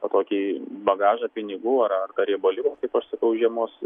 na tokį bagažą pinigų ar ar tą riebaliuką kaip aš sakau žiemos